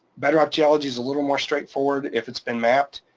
bedrock geology is a little more straightforward if it's been mapped,